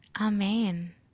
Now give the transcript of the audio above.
amen